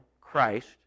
Christ